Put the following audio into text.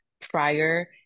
prior